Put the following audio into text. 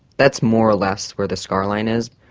that's more or less where the scar line is.